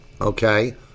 Okay